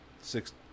six